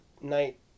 night